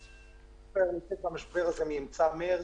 ישראייר נמצאת במשבר הזה מאמצע מרץ.